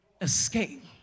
escape